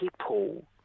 people